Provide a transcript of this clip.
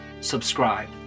subscribe